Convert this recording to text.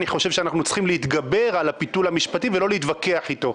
אני חושב שאנחנו צריכים להתגבר על הפיתול המשפטי ולא להתווכח איתו,